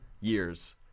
years